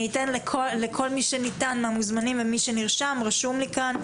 אני אתן לכל מי שניתן מהמוזמנים ומי שנרשם את זכות הדיבור.